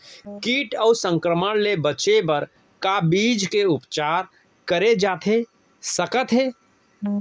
किट अऊ संक्रमण ले बचे बर का बीज के उपचार करे जाथे सकत हे?